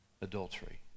adultery